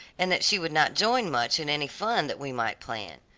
and that she would not join much in any fun that we might plan.